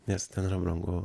nes ten yra brangu